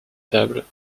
table